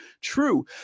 true